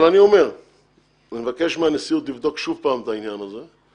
אבל אני אומר ומבקש מהנשיאות לבדוק שוב את העניין הזה,